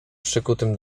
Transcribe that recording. przykutym